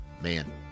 man